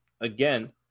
again